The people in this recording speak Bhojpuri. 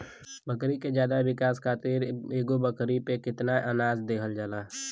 बकरी के ज्यादा विकास खातिर एगो बकरी पे कितना अनाज देहल जाला?